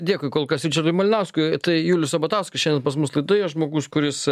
dėkui kol kas ričardui malinauskui tai julius sabatauskas šiandien pas mus laidoje žmogus kuris